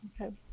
okay